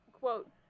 quote